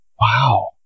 Wow